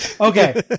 Okay